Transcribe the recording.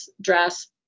dress